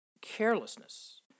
carelessness